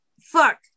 fuck